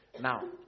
Now